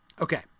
Okay